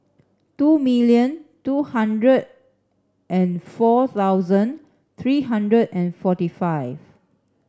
two million two hundred and four thousand three hundred and forty five